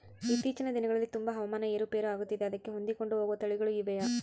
ಇತ್ತೇಚಿನ ದಿನಗಳಲ್ಲಿ ತುಂಬಾ ಹವಾಮಾನ ಏರು ಪೇರು ಆಗುತ್ತಿದೆ ಅದಕ್ಕೆ ಹೊಂದಿಕೊಂಡು ಹೋಗುವ ತಳಿಗಳು ಇವೆಯಾ?